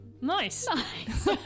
Nice